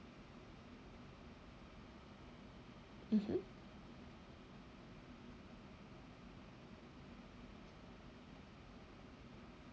mmhmm